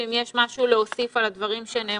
אם יש לך משהו להוסיף על הדברים שנאמרו